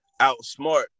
outsmart